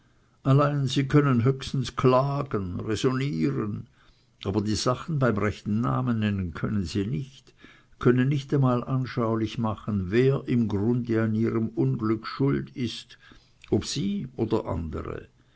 allein sie können höchstens klagen räsonnieren aber die sachen beim rechten namen nennen können sie nicht können nicht einmal anschaulich machen wer im grunde an ihrem unglück schuld ist ob sie oder andere